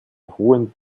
hohen